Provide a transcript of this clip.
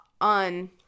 on